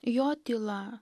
jo tyla